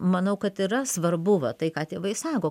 manau kad yra svarbu va tai ką tėvai sako